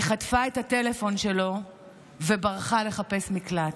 היא חטפה את הטלפון שלו וברחה לחפש מקלט.